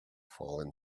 fallen